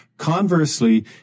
Conversely